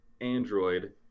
android